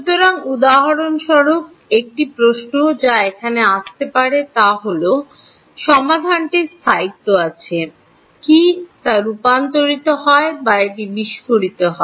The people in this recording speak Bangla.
সুতরাং উদাহরণস্বরূপ একটি প্রশ্ন যা এখানে আসতে পারে তা হল সমাধানটির স্থায়িত্ব আছে কি তা রূপান্তরিত হয় বা এটি বিস্ফোরিত হয়